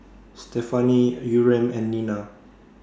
Stefani Yurem and Nina